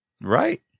Right